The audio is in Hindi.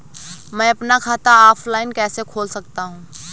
मैं अपना खाता ऑफलाइन कैसे खोल सकता हूँ?